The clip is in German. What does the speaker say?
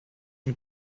mit